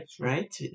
Right